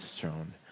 throne